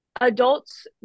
adults